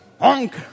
Honk